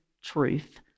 truth